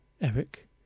Eric